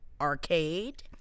arcade